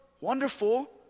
wonderful